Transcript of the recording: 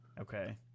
Okay